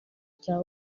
cya